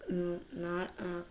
నా